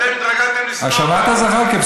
שמעת, זחאלקה?